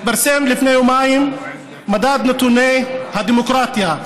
התפרסם לפני יומיים מדד נתוני הדמוקרטיה,